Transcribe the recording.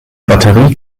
batterie